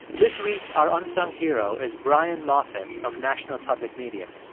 this week, our unsung hero is bryan moffett of national public media.